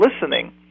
listening